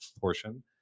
portion